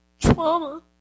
trauma